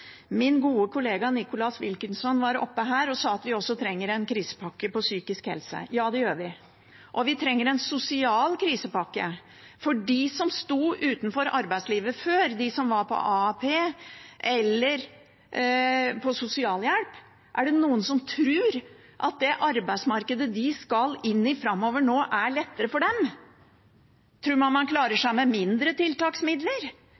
Min gode kollega Nicholas Wilkinson var oppe her og sa at vi også trenger en krisepakke på psykisk helse. Ja, det gjør vi, og vi trenger en sosial krisepakke. De som sto utenfor arbeidslivet før, som var på AAP eller på sosialhjelp – er det noen som tror at det arbeidsmarkedet de skal inn i framover nå, er lettere for dem? Tror man man klarer